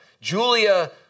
Julia